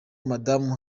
madamu